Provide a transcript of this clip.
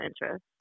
interest